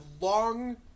long